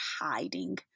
hiding